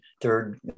third